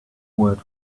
word